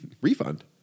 Refund